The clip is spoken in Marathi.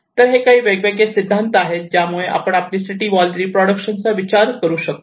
तर हे काही वेगवेगळे सिद्धांत आहेत ज्यामुळे आपण सिटी वॉल रिप्रोडक्शन चा विचार करू शकतो